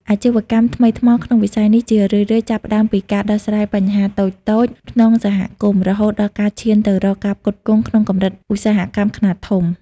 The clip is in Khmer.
អាជីវកម្មថ្មីថ្មោង ក្នុងវិស័យនេះជារឿយៗចាប់ផ្ដើមពីការដោះស្រាយបញ្ហាតូចៗក្នុងសហគមន៍ រហូតដល់ការឈានទៅរកការផ្គត់ផ្គង់ក្នុងកម្រិតឧស្សាហកម្មខ្នាតធំ។